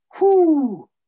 whoo